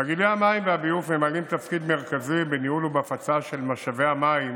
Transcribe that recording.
תאגידי המים והביוב ממלאים תפקיד מרכזי בניהול ובהפצה של משאבי המים